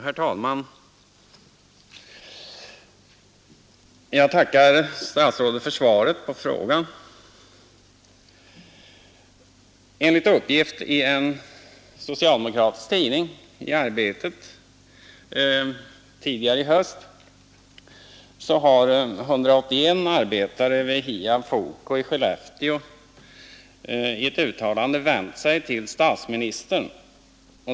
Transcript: Herr talman! Jag tackar statsrådet för svaret på frågan. Enligt uppgift i en socialdemokratisk tidning, Arbetet, tidigare i höst har 181 arbetare vid Hiab-Foco i Skellefteå i ett uttalande vänt sig till statsministern.